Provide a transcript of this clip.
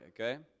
Okay